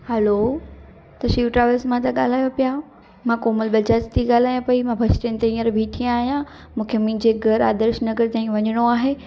hello त Shiv travels मां था ॻाल्हायो पिया मां कोमल बजाज थी ॻाल्हायां पई मां बस स्टैंड ते हीअंर बीठी आहियां मूंखे मुंहिंजे घर आदर्श नगर ताईं वञिणो आहे